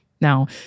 Now